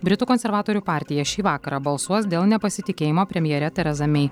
britų konservatorių partija šį vakarą balsuos dėl nepasitikėjimo premjere tereza mei